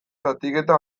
zatiketa